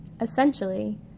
Essentially